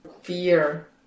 fear